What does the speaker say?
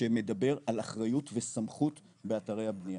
שמדבר על אחריות וסמכות באתרי הבנייה,